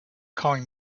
calling